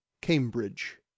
Cambridge